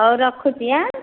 ହଉ ରଖୁଛି ହେଁ